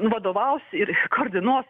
vadovaus ir koordinuos